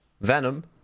Venom